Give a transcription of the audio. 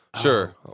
Sure